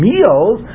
Meals